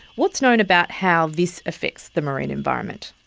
what is known about how this affects the marine environment?